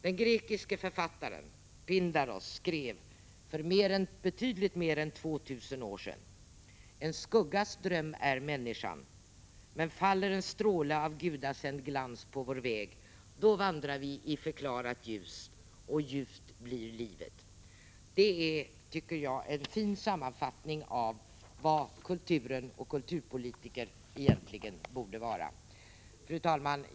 Den grekiske författaren Pindaros skrev för betydligt mer än 2 000 år sedan: ”En skuggas dröm är människan. Men faller en stråle av gudasänd glans på vår väg, då vandra vi i förklarat ljus och ljuvt blir livet.” Detta tycker jag är en fin sammanfattning av vad kulturen och kulturpolitiken egentligen borde vara. Fru talman!